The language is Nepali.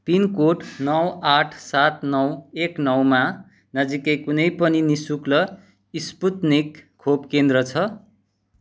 पिनकोड नौ आठ सात नौ एक नौमा नजिकै कुनै पनि नि शुल्क स्पुत्निक खोप केन्द्र छ